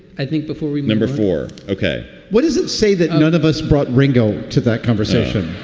i think before remember four, ok. what does it say that none of us brought ringo to that conversation?